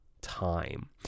time